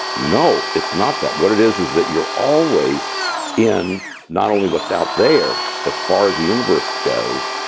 no, it's not that. what it is is that you're always in not only what's out there, as far as the universe goes,